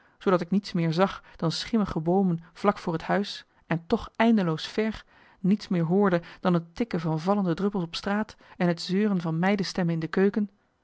zoodat ik niets meer zag dan schimmige boomen vlak voor het huis en toch eindeloos ver niets meer hoorde dan het tikken van vallende druppels op straat en het zeuren van meiden stemmen in de keuken